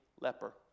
leper